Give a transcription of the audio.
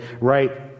right